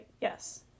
yes